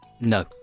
No